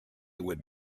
would